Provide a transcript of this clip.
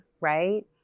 right